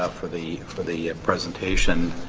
ah for the for the presentation.